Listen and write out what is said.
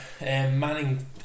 Manning